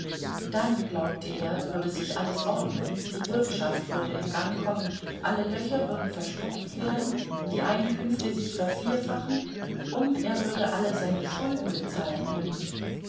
dann glaubte er würde sich alles ordnen die wirtschaft würde in gang kommen alle löcher würden verstopft werden die einkünfte sich vervierfachen und er würde alle seine schulden bezahlen können